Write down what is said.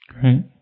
Great